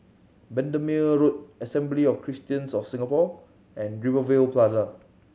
Bendemeer Road Assembly of Christians of Singapore and Rivervale Plaza